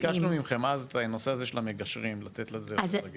ביקשנו מכם אז את הנושא הזה של המגשרים לתת על זה את הדעת.